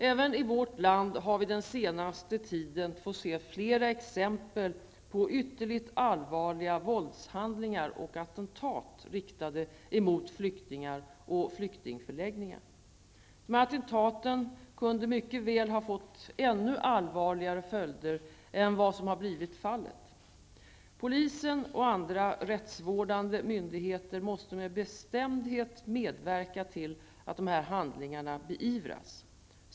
Även i vårt land har vi den senaste tiden fått se flera exempel på ytterligt allvarliga våldshandlingar och attentat riktade emot flyktingar och flyktingförläggningar. Dessa attentat kunde mycket väl ha fått ännu allvarligare följder än vad som har blivit fallet. Polisen och andra rättsvårdande myndigheter måste med bestämdhet medverka till att dessa handlingar beivras.